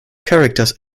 characters